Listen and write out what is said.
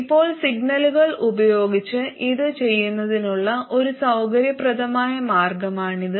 ഇപ്പോൾ സിഗ്നലുകൾ ഉപയോഗിച്ച് ഇത് ചെയ്യുന്നതിനുള്ള ഒരു സൌകര്യപ്രദമായ മാർഗമാണിത്